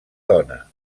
dona